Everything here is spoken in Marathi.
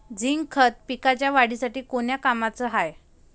झिंक खत पिकाच्या वाढीसाठी कोन्या कामाचं हाये?